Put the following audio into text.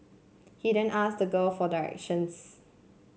he then asked the girl for directions